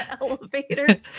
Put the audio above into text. elevator